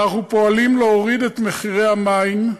אנחנו פועלים להורדת מחירי המים,